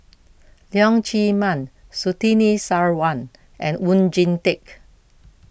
Leong Chee Mun Surtini Sarwan and Oon Jin Teik